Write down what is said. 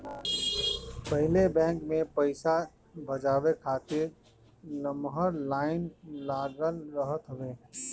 पहिले बैंक में पईसा भजावे खातिर लमहर लाइन लागल रहत रहे